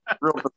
real